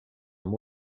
amb